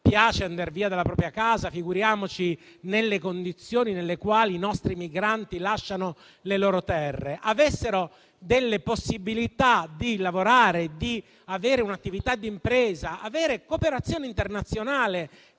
piace andar via della propria casa, figuriamoci nelle condizioni nelle quali i nostri migranti lasciano le loro realtà. Se avessero la possibilità di lavorare, di avere un'attività d'impresa, di avere una cooperazione internazionale